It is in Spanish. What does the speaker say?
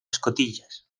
escotillas